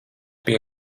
pie